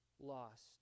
lost